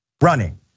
running